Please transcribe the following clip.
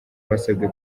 basabwe